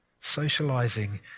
Socializing